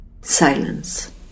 Silence